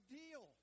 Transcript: deal